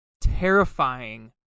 terrifying